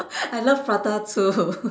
I love prata too